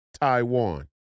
Taiwan